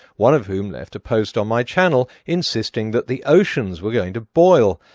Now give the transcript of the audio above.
one of whom left a post on my channel insisting that the oceans were going to boil.